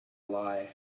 lie